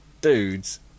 dudes